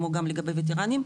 כמו גם לגבי וטרנים,